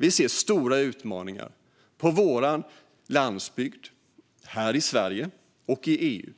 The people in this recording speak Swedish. Vi ser stora utmaningar i vår landsbygd här i Sverige och i EU.